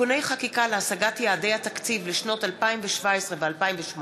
(תיקוני חקיקה להשגת יעדי התקציב לשנות התקציב 2017 ו-2018),